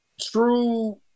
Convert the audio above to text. true